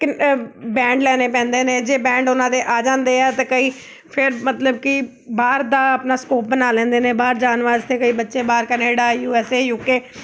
ਕਿੰ band ਲੈਣੇ ਪੈਂਦੇ ਨੇ ਜੇ ਬੈਂਡ ਉਹਨਾਂ ਦੇ ਆ ਜਾਂਦੇ ਆ ਤਾਂ ਕਈ ਫਿਰ ਮਤਲਬ ਕਿ ਬਾਹਰ ਦਾ ਆਪਣਾ ਸਕੋਪ ਬਣਾ ਲੈਂਦੇ ਨੇ ਬਾਹਰ ਜਾਣ ਵਾਸਤੇ ਕਈ ਬੱਚੇ ਬਾਹਰ Canada U S A U K